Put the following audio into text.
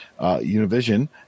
Univision